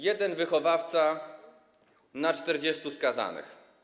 Jeden wychowawca na 40 skazanych.